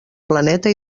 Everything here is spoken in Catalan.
planeta